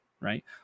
right